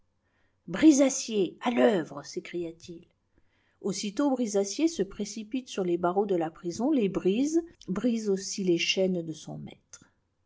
brise acier à l'œuvre s'écria-t-il aussitôt brise acier se précipite sur les barreaux de la prison les brise brise aussi les chaînes de son maître